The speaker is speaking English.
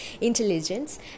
intelligence